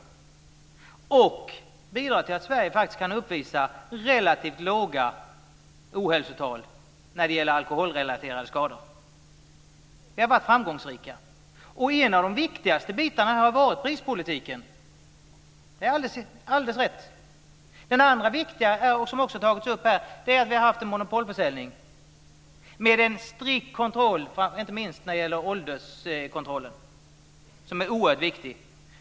Den har bidragit till att Sverige faktiskt kan uppvisa relativt låga ohälsotal när det gäller alkoholrelaterade skador. Vi har varit framgångsrika. Och en av de viktigaste bitarna har här varit prispolitiken. Det är alldeles riktigt. Den andra viktiga sak som också har tagits upp här är att vi har haft en monopolförsäljning med en strikt kontroll. Det gäller inte minst ålderskontrollen, som är oerhört viktig.